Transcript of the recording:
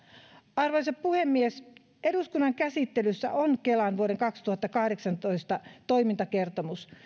arvoisa puhemies eduskunnan käsittelyssä on kelan vuoden kaksituhattakahdeksantoista toimintakertomus